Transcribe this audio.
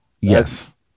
Yes